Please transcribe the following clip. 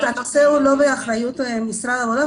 שהאחריות היא לא בנושא משרד העבודה,